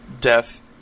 death